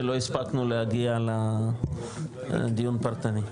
שלא הספקנו להגיע לדיון פרטני.